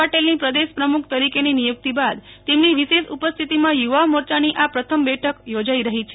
પાટીલની પ્રદેશ પ્રમુખ તરીકેની નિયુક્તિ બાદ તેમની વિશેષ ઉપસ્થિતિમાં યુ વા મોરચાની આ પ્રથા બેઠક યોજાઈ રહી છે